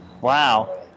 Wow